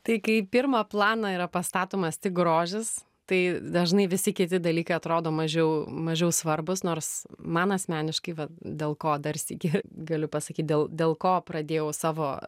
tai kai į pirmą planą yra pastatomas tik grožis tai dažnai visi kiti dalykai atrodo mažiau mažiau svarbūs nors man asmeniškai va dėl ko dar sykį galiu pasakyt dėl dėl ko pradėjau savo